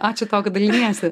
ačiū tau kad daliniesi